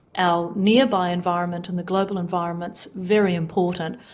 our nearby environment and the global environment's very important.